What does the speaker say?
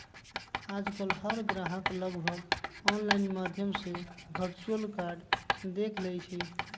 आजकल हर ग्राहक लगभग ऑनलाइन माध्यम से वर्चुअल कार्ड देख लेई छई